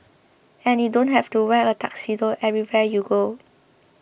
and you don't have to wear a tuxedo everywhere you go